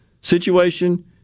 situation